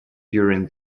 during